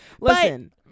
Listen